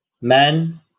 men